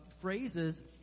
phrases